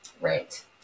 Right